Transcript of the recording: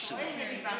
חברי הכנסת,